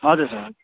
हजुर